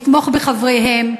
לתמוך בחבריהם.